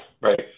Right